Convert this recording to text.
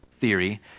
theory